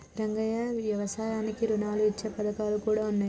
రంగయ్య యవసాయానికి రుణాలు ఇచ్చే పథకాలు కూడా ఉన్నాయి